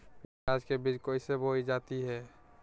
प्याज के बीज कैसे बोई जाती हैं?